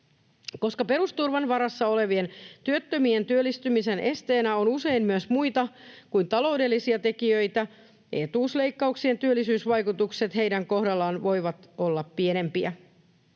Koska perusturvan varassa olevien työttömien työllistymisen esteenä on usein myös muita kuin taloudellisia tekijöitä, etuusleikkauksien työllisyysvaikutukset voivat olla heidän kohdallaan pienempiä.